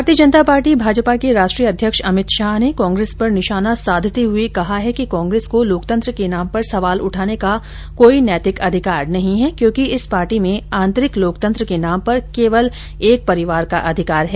भारतीय जनता पार्टी भाजपा के राष्ट्रीय अध्यक्ष अमित शाह ने कांग्रेस पर निशाना साधते हुए कहा है कि कांग्रेस को लोकतंत्र के नाम पर सवाल उठाने का कोई नैतिक अधिकार नहीं है क्योंकि इस पार्टी में आंतरिक लोकतंत्र के नाम पर केवल एक परिवार का अधिकार है